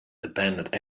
abandoned